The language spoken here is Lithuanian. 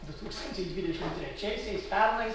du tūkstančiai dvidešim trečiaisiais pernais